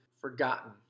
forgotten